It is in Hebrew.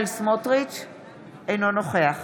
אינו נוכח